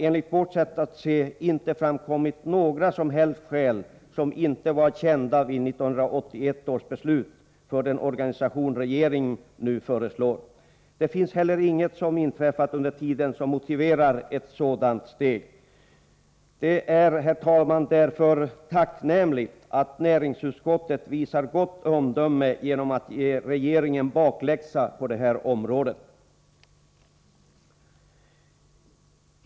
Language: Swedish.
Enligt vårt sätt att se har det inte framkommit några skäl som inte var kända vid 1981 års beslut för den organisation regeringen nu föreslår. Det finns heller inget som inträffat under tiden som motiverar ett sådant steg. Det är därför, herr talman, tacknämligt att näringsutskottet visar gott omdöme genom att ge regeringen bakläxa på denna punkt.